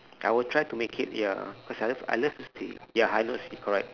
I would try to make it ya cause I love I loved to sing ya high notes is correct